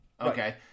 Okay